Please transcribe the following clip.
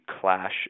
clash